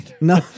No